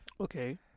Okay